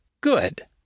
Good